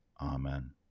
Amen